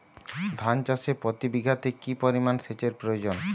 ধান চাষে প্রতি বিঘাতে কি পরিমান সেচের প্রয়োজন?